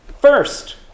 First